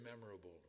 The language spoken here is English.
memorable